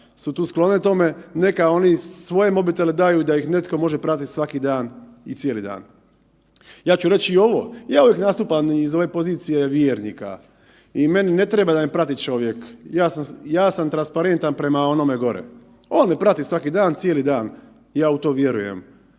su tu sklone tome, neka oni svoje mobitele daju da ih netko može pratiti svaki dan i cijeli dan. Ja ću reći i ovo, ja uvijek nastupam i iz ove pozicije vjernika i meni ne treba da me prati čovjek. Ja sam transparentan prema onome gore. On me prati svaki dan, cijeli dan, ja u to vjerujem.